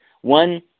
One